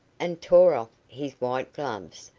and tore off his white gloves,